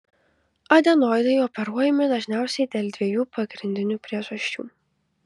adenoidai operuojami dažniausiai dėl dviejų pagrindinių priežasčių